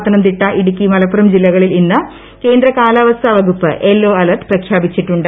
പത്തനംതിട്ട ഇടുക്കി മലപ്പുറം ജില്ലകളിൽ ഇന്ന് കേന്ദ്ര കാലാവസ്ഥാ വകുപ്പ് യെല്ലോ അലർട്ട് പ്രഖ്യാപിച്ചിട്ടുണ്ട്